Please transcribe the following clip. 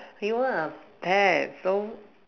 you ah pet so